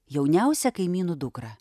jauniausią kaimynų dukrą